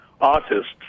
artists